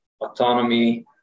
autonomy